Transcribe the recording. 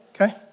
Okay